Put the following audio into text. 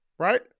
Right